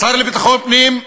השר לביטחון פנים,